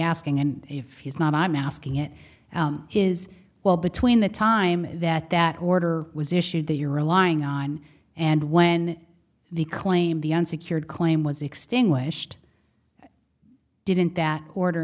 asking and if he's not i'm asking it is well between the time that that order was issued that you're relying on and when the claim the unsecured claim was extinguished didn't that order